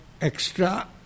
extra